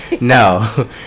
No